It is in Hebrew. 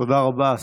תודה רבה.